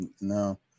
no